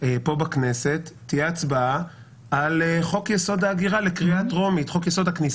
תהיה בכנסת הצבעה על חוק-יסוד: הכניסה,